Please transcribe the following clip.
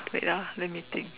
wait ah let me think